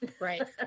Right